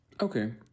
Okay